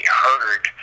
heard